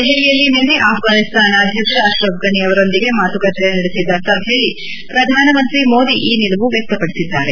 ದೆಹಲಿಯಲ್ಲಿಂದು ಅಪ್ಪಾನಿಸ್ತಾನ ಅಧ್ಯಕ್ಷ ಅಶ್ರಫ್ ಫನಿ ಅವರೊಂದಿಗೆ ಮಾತುಕತೆ ನಡೆಸಿದ ಸಭೆಯಲ್ಲಿ ಪ್ರಧಾನಮಂತ್ರಿ ಮೋದಿ ಈ ನಿಲುವು ವ್ಯಕ್ತಪಡಿಸಿದ್ದಾರೆ